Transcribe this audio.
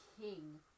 king